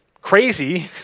crazy